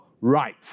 right